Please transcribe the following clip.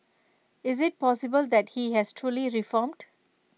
is IT possible that he has truly reformed